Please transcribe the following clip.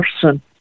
person